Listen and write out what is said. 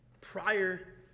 prior